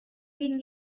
been